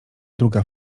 druga